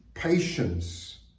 patience